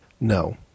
No